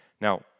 Now